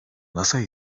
nasıl